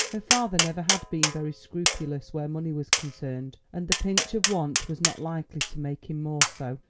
her father never had been very scrupulous where money was concerned, and the pinch of want was not likely to make him more so.